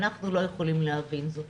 אנחנו לא יכולים להבין זאת.